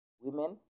women